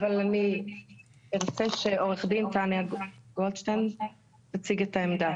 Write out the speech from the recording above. אני ארצה שעו"ד תניה גולדשטיין תציג את העמדה.